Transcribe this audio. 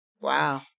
Wow